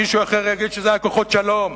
מישהו אחר יגיד שאלה היו כוחות שלום.